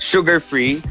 Sugar-free